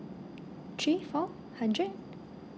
three four hundred